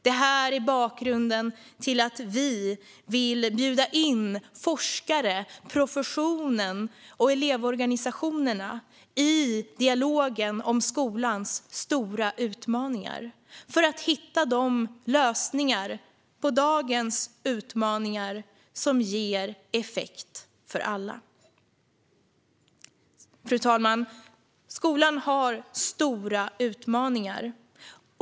Detta är bakgrunden till att vi vill bjuda in forskare, professionen och elevorganisationerna i dialogen om skolans stora utmaningar för att hitta de lösningar på dagens utmaningar som ger effekt för alla. Fru talman! Skolan har stora utmaningar.